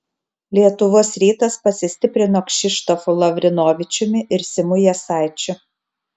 lietuvos rytas pasistiprino kšištofu lavrinovičiumi ir simu jasaičiu